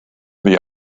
the